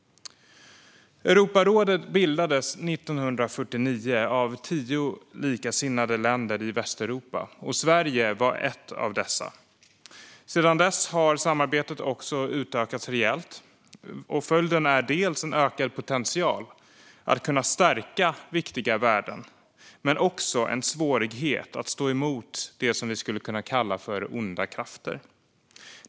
Europarådet bildades 1949 av tio likasinnade länder i Västeuropa. Sverige var ett av dessa. Sedan dess har samarbetet också utökats rejält, och följden är dels en ökad potential att stärka viktiga värden, dels en svårighet att stå emot det vi skulle kalla för onda krafter.